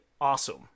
awesome